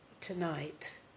tonight